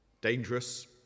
dangerous